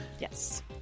Yes